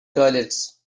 toilets